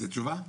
זאת תשובה?